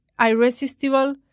irresistible